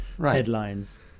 headlines